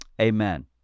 Amen